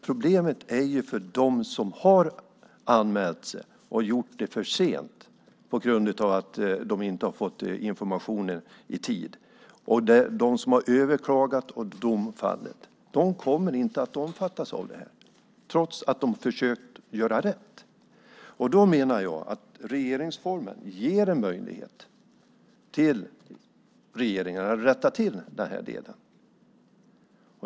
Problemet är ju de som har anmält sig för sent på grund av att de inte har fått information i tid, de som har överklagat och där dom har fallit. De kommer inte att omfattas av det här, trots att de har försökt göra rätt. Jag menar att regeringsformen ger regeringen en möjlighet att rätta till den här delen.